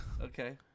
Okay